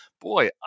boy